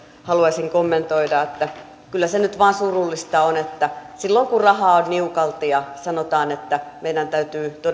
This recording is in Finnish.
haluaisin kommentoida että kyllä se nyt vaan surullista on että silloin kun rahaa on niukalti ja sanotaan että meidän täytyy todella